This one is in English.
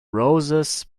roses